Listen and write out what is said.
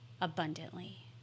abundantly